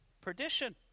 perdition